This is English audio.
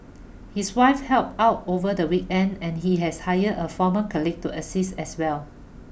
his wife help out over the weekend and he has hired a former colleague to assist as well